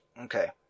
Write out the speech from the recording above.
Okay